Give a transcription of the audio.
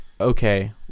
Okay